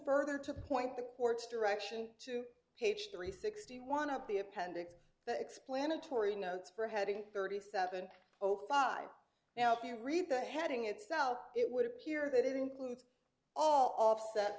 further to point the court's direction to page three sixty one of the appendix the explanatory notes for having thirty seven zero five now if you read the heading itself it would appear that it includes all offset